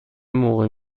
موقع